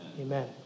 Amen